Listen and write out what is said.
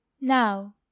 Now